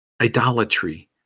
idolatry